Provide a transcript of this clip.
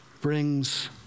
brings